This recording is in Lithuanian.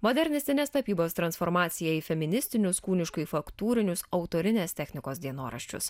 modernistinės tapybos transformacija į feministinius kūniškai faktūrinius autorinės technikos dienoraščius